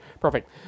perfect